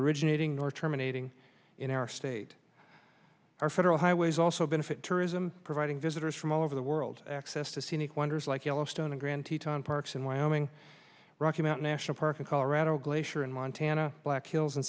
originating or terminating in our state our federal highways also benefit tourism providing visitors from all over the world access to scenic wonders like yellowstone the grand tetons parks in wyoming rocky mountain national park in colorado glacier in montana black hills in